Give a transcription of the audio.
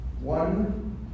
One